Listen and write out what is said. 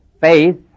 faith